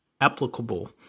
applicable